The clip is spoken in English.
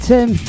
Tim